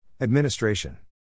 Administration